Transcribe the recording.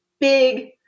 big